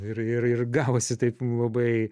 ir ir ir gavosi taip labai